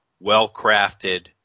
well-crafted